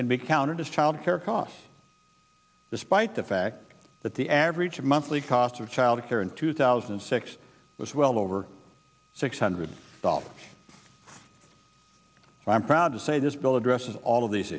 and be counted as child care costs despite the fact that the average monthly cost of childcare in two thousand and six was well over six hundred dollars and i'm proud to say this bill addresses all of these